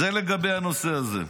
זה לגבי הנושא הזה.